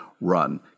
run